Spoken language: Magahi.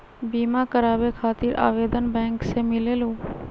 बिमा कराबे खातीर आवेदन बैंक से मिलेलु?